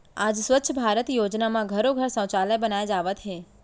आज स्वच्छ भारत योजना म घरो घर सउचालय बनाए जावत हे